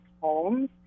homes